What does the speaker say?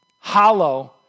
hollow